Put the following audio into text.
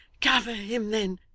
cover him then,